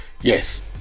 yes